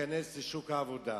להיכנס לשוק העבודה.